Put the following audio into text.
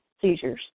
seizures